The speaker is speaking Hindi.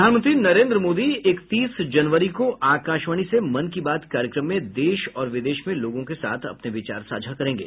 प्रधानमंत्री नरेंद्र मोदी इकतीस जनवरी को आकाशवाणी से मन की बात कार्यक्रम में देश और विदेश में लोगों के साथ अपने विचार साझा करेंगे